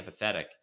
empathetic